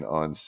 on